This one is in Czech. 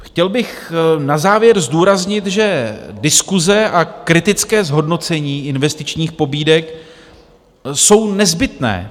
Chtěl bych na závěr zdůraznit, že diskuse a kritické zhodnocení investičních pobídek jsou nezbytné.